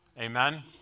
Amen